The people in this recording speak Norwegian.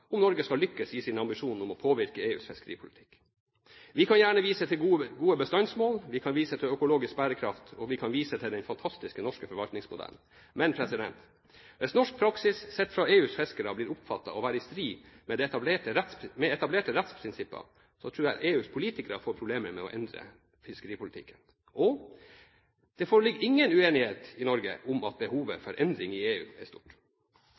om Norge skal lykkes i sin ambisjon om å påvirke EUs fiskeripolitikk. Vi kan gjerne vise til gode bestandsmål, vi kan vise til økologisk bærekraft, og vi kan vise til den fantastiske norske forvaltningsmodellen. Men hvis norsk praksis sett fra EUs fiskere blir oppfattet å være i strid med etablerte rettsprinsipper, tror jeg EUs politikere får problemer med å endre fiskeripolitikken. Og det foreligger ingen uenighet i Norge om at behovet for endring i EU er stort.